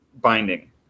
binding